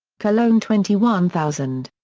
cologne twenty one thousand.